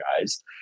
guys